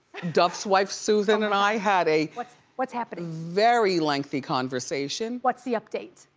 duff's wife susan and i had a what's what's happening? very lengthy conversation. what's the update?